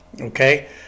Okay